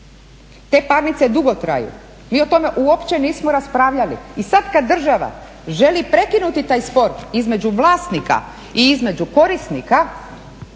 Te parnice dugo traju, mi o tome uopće nismo raspravljali i sad kad država želi prekinuti taj spor između vlasnika i između korisnika